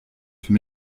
für